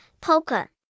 poker